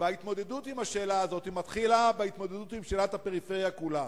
בהתמודדות עם השאלה הזאת מתחיל בהתמודדות עם שאלת הפריפריה כולה.